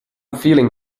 feeling